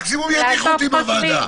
מקסימום ידיחו אותי מהוועדה.